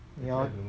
ya